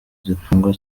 zikundwa